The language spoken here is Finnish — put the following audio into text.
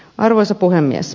arvoisa puhemies